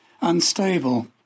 unstable